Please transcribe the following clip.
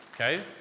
Okay